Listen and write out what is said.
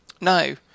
No